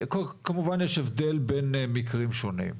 כמובן יש הבדל בין מקרים שונים,